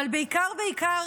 אבל בעיקר-בעיקר,